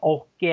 Och